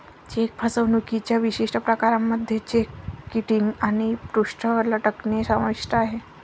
check फसवणुकीच्या विशिष्ट प्रकारांमध्ये चेक किटिंग आणि पृष्ठ लटकणे समाविष्ट आहे